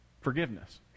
forgiveness